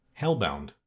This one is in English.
Hellbound